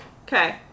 Okay